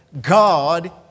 God